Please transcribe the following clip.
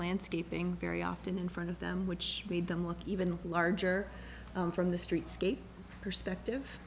landscaping very often in front of them which made them look even larger from the streetscape perspective